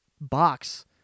box